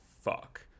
Fuck